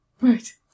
Right